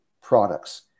products